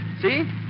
See